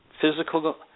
physical